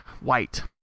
white